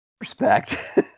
respect